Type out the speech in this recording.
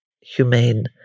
humane